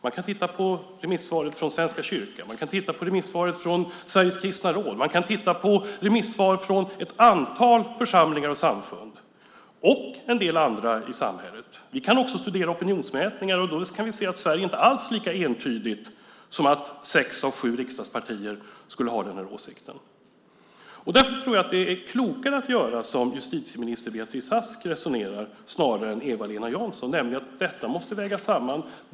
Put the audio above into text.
Man kan titta på remissvaret från Svenska kyrkan, från Sveriges Kristna Råd och från ett antal församlingar och samfund och en del andra i samhället. Vi kan också studera opinionsmätningar. Då kan vi se att Sverige inte alls är så entydigt som att sex av sju riksdagspartier har den här åsikten. Därför tror jag att det är klokare att göra som justitieminister Beatrice Ask resonerar snarare än som Eva-Lena Jansson, nämligen att detta måste vägas samman.